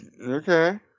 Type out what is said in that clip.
Okay